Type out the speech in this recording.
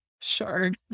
shark